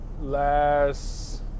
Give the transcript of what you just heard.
last